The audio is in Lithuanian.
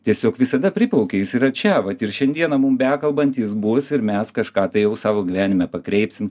tiesiog visada priplaukia jis yra čia vat ir šiandieną mum bekalbant jis bus ir mes kažką tai jau savo gyvenime pakreipsim